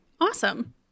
awesome